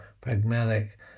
pragmatic